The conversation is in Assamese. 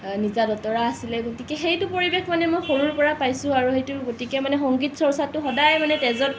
নিজা দোতাৰা আছিলে গতিকে সেইটো পৰিবেশ মানে মই সৰুৰ পৰা পাইছোঁ আৰু সেইটো গতিকে মানে সংগীত চৰ্চাটো সদায় মানে তেজত